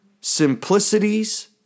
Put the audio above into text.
simplicities